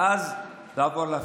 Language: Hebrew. ואז לעבור להפיכה.